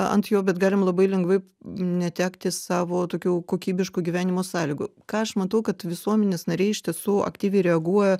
ant jo bet galim labai lengvai netekti savo tokių kokybiškų gyvenimo sąlygų ką aš matau kad visuomenės nariai iš tiesų aktyviai reaguoja